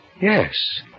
Yes